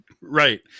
Right